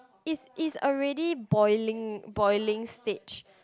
is is already boiling boiling stage